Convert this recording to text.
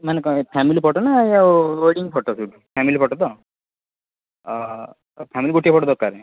ମାନେ କ'ଣ ଏ ଫ୍ୟାମିଲି ଫୋଟ ନା ଏଇ ଯେଉଁ ୱେଡ଼ିଂ ଫଟୋସୁଟ୍ ଫ୍ୟାମିଲି ଫଟୋ ତ ଅ ହ ତ ଫ୍ୟାମିଲି ଗୋଟିଏ ଫୋଟ ଦରକାର